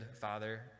father